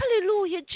Hallelujah